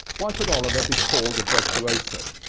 why could oliver be called a virtuoso?